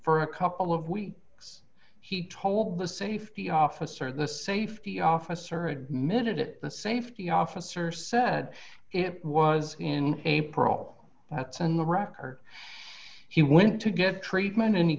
for a couple of weeks he told the safety officer the safety officer admitted it the safety officer said it was in april that's in the record he went to get treatment and he